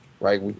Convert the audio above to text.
right